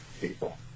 people